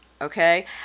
Okay